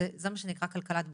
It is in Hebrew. זה מה שנקרא כלכלת בריאות,